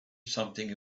something